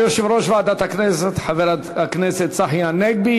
תודה ליושב-ראש ועדת הכנסת, חבר הכנסת צחי הנגבי.